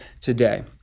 today